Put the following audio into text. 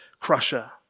crusher